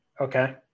Okay